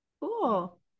cool